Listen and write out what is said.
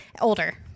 Older